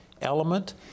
element